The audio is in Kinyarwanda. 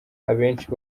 abenshi